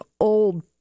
old